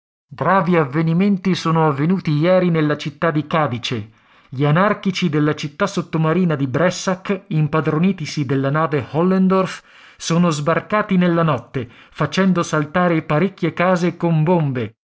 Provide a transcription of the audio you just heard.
gravi avvenimenti sono avvenuti ieri nella città di cadice gli anarchici della città sottomarina di bressak impadronitisi della nave hollendorf sono sbarcati nella notte facendo saltare parecchie case con bombe